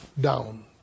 down